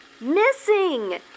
missing